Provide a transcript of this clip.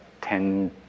ten